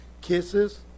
kisses